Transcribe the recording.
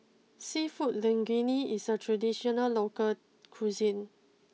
Seafood Linguine is a traditional local cuisine